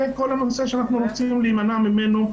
זה הנושא שאנחנו רצינו להימנע ממנו.